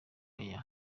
aya